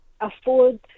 afford